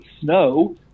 snow